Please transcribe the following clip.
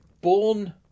born